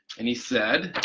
and he said,